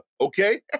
okay